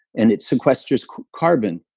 and it sequesters carbon?